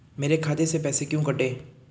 मेरे खाते से पैसे क्यों कटे?